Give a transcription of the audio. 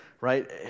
Right